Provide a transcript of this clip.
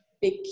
big